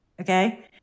okay